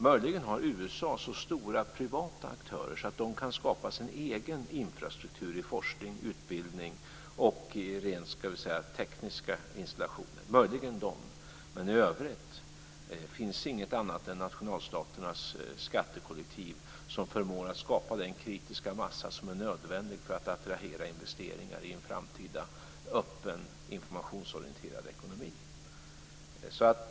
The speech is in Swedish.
Möjligen har USA så stora privata aktörer att man där kan skapa sin egen infrastruktur i forskning, utbildning och - låt mig säga så - rent tekniska installationer, men i övrigt finns det inget annat än nationalstaternas skattekollektiv som förmår skapa den kritiska massa som är nödvändig för att attrahera investeringar i en framtida öppen och informationsorienterad ekonomi.